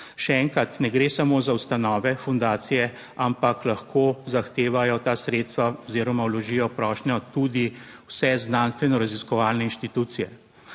Še enkrat, ne gre samo za ustanove, fundacije, ampak lahko zahtevajo ta sredstva oziroma vložijo prošnjo tudi vse znanstveno raziskovalne inštitucije.